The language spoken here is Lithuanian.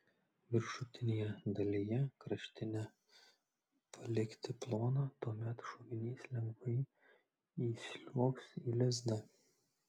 viršutinėje dalyje kraštinę palikti ploną tuomet šovinys lengvai įsliuogs į lizdą